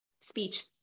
speech